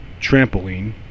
trampoline